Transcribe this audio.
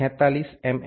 D 46 એમ